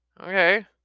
okay